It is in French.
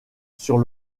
sur